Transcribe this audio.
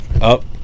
up